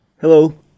Hello